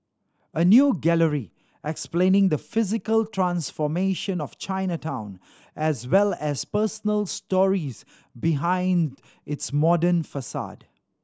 a new gallery explaining the physical transformation of Chinatown as well as personal stories behind its modern facade